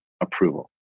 approval